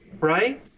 right